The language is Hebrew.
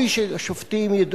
שופטים.